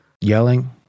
yelling